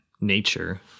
nature –